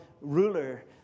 ruler